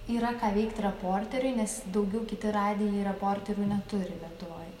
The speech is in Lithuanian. yra ką veikt reporteriui nes daugiau kiti radijai reporteriai neturi lietuvoj